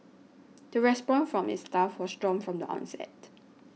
the response from its staff was strong from the onset